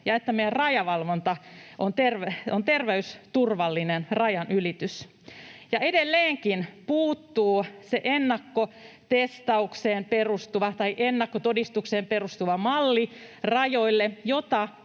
ja että meidän rajavalvonnassa on terveysturvallinen rajanylitys. Ja edelleenkin puuttuu se ennakkotestaukseen tai ennakkotodistukseen perustuva malli rajoille,